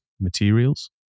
materials